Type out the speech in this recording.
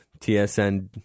TSN